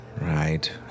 Right